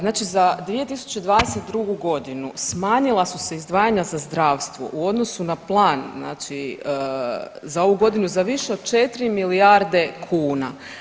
Znači za 2022. godinu smanjila su se izdvajanja za zdravstvo u odnosu na plan znači za ovu godinu za više od 4 milijarde kuna.